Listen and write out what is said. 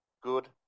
Good